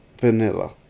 vanilla